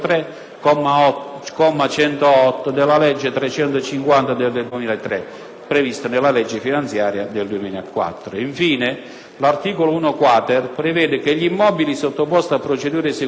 comma 108, della legge n. 350 del 2003 (legge finanziaria 2004). Infine, l'articolo 1-*quater* prevede che gli immobili sottoposti a procedure esecutive o concorsuali,